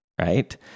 Right